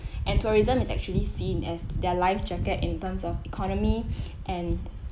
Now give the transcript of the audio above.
and tourism is actually seen as their life jacket in terms of economy and